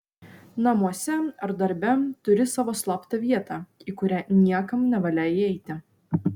namuose ar darbe turi savo slaptą vietą į kurią niekam nevalia įeiti